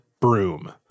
broom